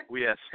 Yes